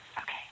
Okay